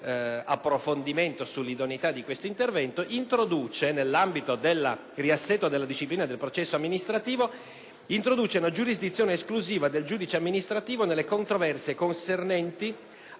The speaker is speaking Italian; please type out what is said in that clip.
approfondimento sull'idoneità di questo intervento), nell'ambito del riassetto della disciplina del processo amministrativo, una giurisdizione esclusiva del giudice amministrativo nelle controversie concernenti